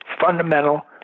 fundamental